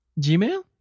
Gmail